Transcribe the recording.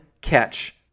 catch